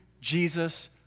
Jesus